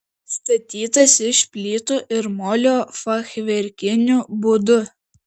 statytas iš plytų ir molio fachverkiniu būdu